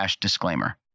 disclaimer